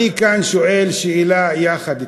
אני כאן שואל שאלה יחד אתכם: